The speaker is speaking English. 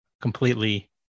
completely